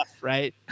right